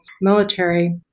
military